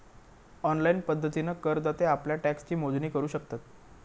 online पद्धतीन करदाते आप्ल्या टॅक्सची मोजणी करू शकतत